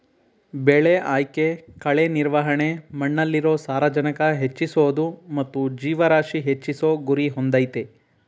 ಬೆಳೆ ಆಯ್ಕೆ ಕಳೆ ನಿರ್ವಹಣೆ ಮಣ್ಣಲ್ಲಿರೊ ಸಾರಜನಕ ಹೆಚ್ಚಿಸೋದು ಮತ್ತು ಜೀವರಾಶಿ ಹೆಚ್ಚಿಸೋ ಗುರಿ ಹೊಂದಯ್ತೆ